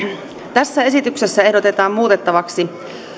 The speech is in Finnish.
tässä esityksessä ehdotetaan muutettavaksi